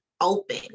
open